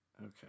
okay